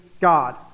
God